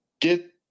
Get